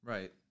Right